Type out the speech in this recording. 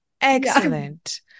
Excellent